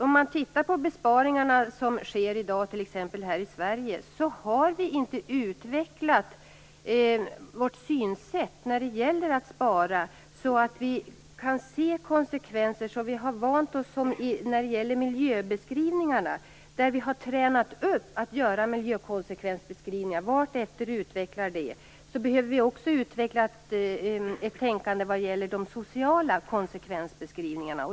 Om vi tittar på de besparingar som sker i dag t.ex. här i Sverige, kan vi se att vi inte har utvecklat vårt synsätt när det gäller att spara så att vi kan se konsekvenserna. Vi har tränat upp oss på att göra miljökonsekvensbeskrivningar och utvecklat det. Vi behöver också utveckla ett tänkande vad gäller de social konsekvensbeskrivningarna.